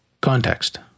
context